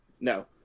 No